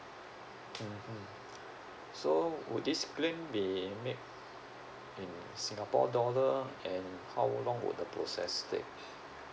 mmhmm so would this claim be made in singapore dollar and how long would the process take